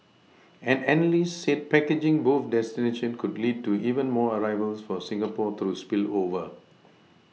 an analyst said packaging both destinations could lead to even more arrivals for Singapore through spillover